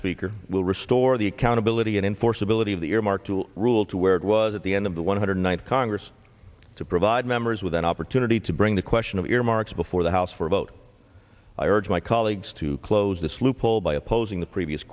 speaker will restore the accountability and enforceability of the earmark to rule to where it was at the end of the one hundred ninth congress to provide members with an opportunity to bring the question of earmarks before the house for a vote i urge my colleagues to close this loophole by opposing the previous